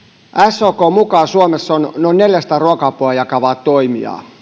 sokn mukaan suomessa on noin neljäsataa ruoka apua jakavaa toimijaa